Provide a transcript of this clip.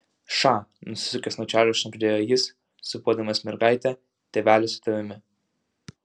ša nusisukęs nuo čarlio šnabždėjo jis sūpuodamas mergaitę tėvelis su tavimi